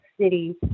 City